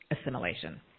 assimilation